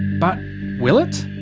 but will it?